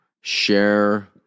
share